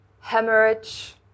Hemorrhage